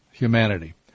Humanity